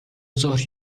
ظهر